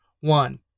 One